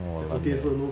walan eh